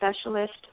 Specialist